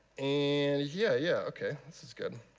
and yeah yeah ok this is good.